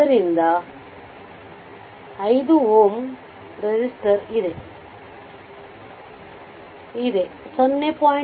ಆದ್ದರಿಂದ 5 Ω ರೆಸಿಸ್ಟರ್ ಇದೆ 0